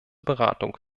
beratung